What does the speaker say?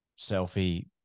selfie